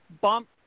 bump